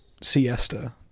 siesta